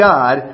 God